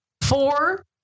four